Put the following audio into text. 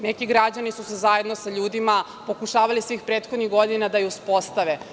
Neki građani su zajedno sa ljudima pokušavali svih prethodnih godina da je uspostave.